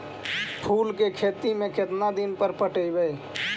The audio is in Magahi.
फूल के खेती में केतना दिन पर पटइबै?